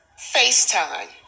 FaceTime